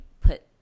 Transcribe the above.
put